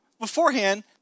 beforehand